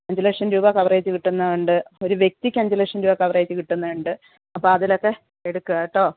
അഞ്ച് ലക്ഷം രൂപ കവറേജ് കിട്ടുന്നത് ഉണ്ട് ഒരു വ്യക്തിക്ക് അഞ്ച് ലക്ഷം രൂപ കവറേജ് കിട്ടുന്നത് ഉണ്ട് അപ്പതിലൊക്കെ എടുക്കാം കേട്ടോ